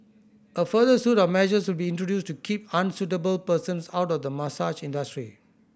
a further suite of measures will be introduced to keep unsuitable persons out of the massage industry